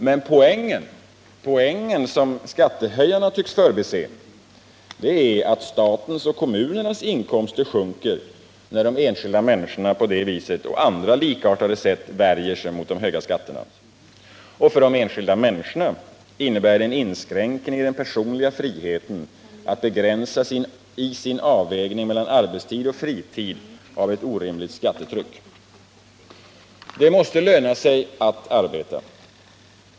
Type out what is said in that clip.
Men poängen, som skattehöjarna tycks förbise, är att statens och kommunernas inkomster sjunker när de enskilda människorna på detta och likartade sätt värjer sig mot de höga skatterna. För de enskilda människorna innebär det en inskränkning i den personliga friheten att begränsas i sin avvägning melian arbetstid och fritid av ett orimligt skattetryck. Det måste löna sig att arbeta.